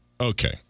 Okay